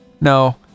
no